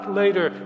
later